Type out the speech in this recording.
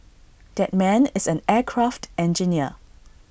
that man is an aircraft engineer